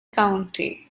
county